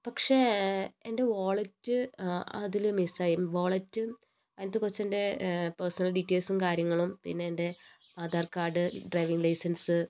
പക്ഷേ എൻ്റെ വാളറ്റ് ആ അതിൽ മിസ്സായി വാളറ്റും അതിനകത്തു കുറച്ചെൻ്റെ പേഴ്സണൽ ഡീറ്റെയ്ൽസും കാര്യങ്ങളും പിന്നെ എൻ്റെ ആധാർ കാർഡ് ഡ്രൈവിംഗ് ലൈസൻസ്